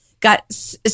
got